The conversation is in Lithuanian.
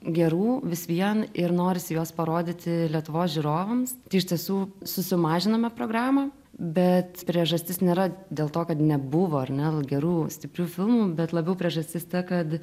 gerų vis vien ir norisi juos parodyti lietuvos žiūrovams iš tiesų susimažinome programą bet priežastis nėra dėl to kad nebuvo ar ne gerų stiprių filmų bet labiau priežastis ta kad